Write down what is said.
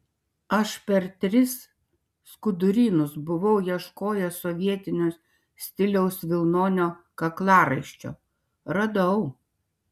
aš per tris skudurynus buvau ieškojęs sovietinio stiliaus vilnonio kaklaraiščio radau